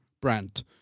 brand